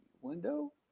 window